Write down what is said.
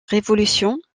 révolutions